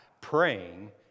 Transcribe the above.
Praying